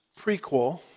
prequel